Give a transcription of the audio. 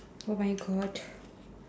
oh my god